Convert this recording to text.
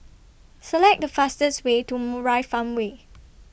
Select The fastest Way to Murai Farmway